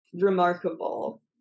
remarkable